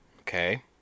Okay